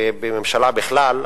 ובממשלה בכלל,